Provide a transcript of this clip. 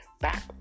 back